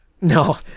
No